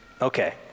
Okay